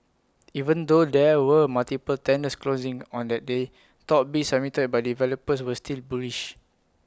even though there were multiple tenders closings on that day top bids submitted by developers were still bullish